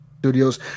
Studios